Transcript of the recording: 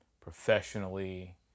professionally